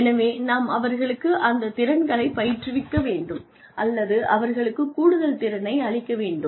எனவே நாம் அவர்களுக்கு அந்த திறன்களைப் பயிற்றுவிக்க வேண்டும் அல்லது அவர்களுக்கு கூடுதல் திறனை அளிக்க வேண்டும்